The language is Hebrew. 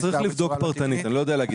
צריך לבדוק פרטנית; אני לא יודע להגיד.